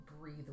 breathe